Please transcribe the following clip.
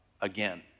again